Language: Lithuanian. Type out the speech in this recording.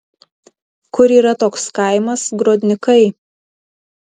kur yra toks kaimas grodnikai